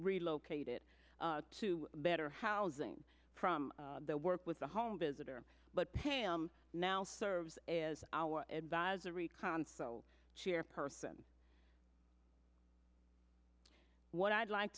relocated to better housing from the work with a home visitor but pam now serves as our advisory council chairperson what i'd like